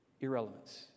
irrelevance